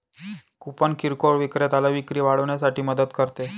coupon किरकोळ विक्रेत्याला विक्री वाढवण्यासाठी मदत करते